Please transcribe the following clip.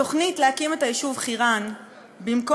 התוכנית להקים את היישוב חירן במקום